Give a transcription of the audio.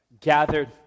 gathered